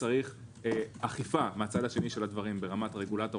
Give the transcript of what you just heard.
צריך אכיפה מהצד השני של הדברים ברמת הרגולטור